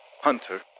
Hunter